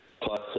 Plus